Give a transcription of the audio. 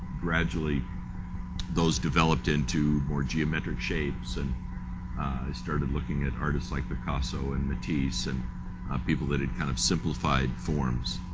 gradually those developed into more geometric shapes and i started looking at artists like picasso and matisse and people that had kind of simplified forms.